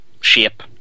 shape